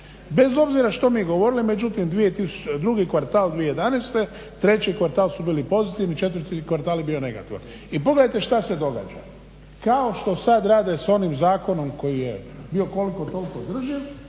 bez obzira što mi govorili. Međutim, 2. kvartal 2011.,3. kvartal su bili pozitivni, 4. kvartal je bio negativan. I pogledajte šta se događa, kao što sad rade s onim zakonom koji je bio koliko toliko održiv,